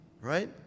right